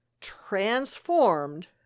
transformed